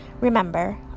Remember